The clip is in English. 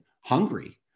hungry